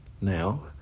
Now